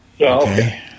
okay